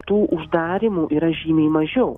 tų uždarymų yra žymiai mažiau